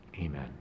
amen